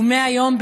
ומהיום,